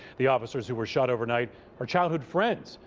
the officers who were shot overnight or childhood friends.